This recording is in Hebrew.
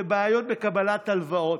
ובעיות בקבלת הלוואות.